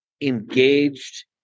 engaged